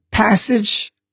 Passage